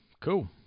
Cool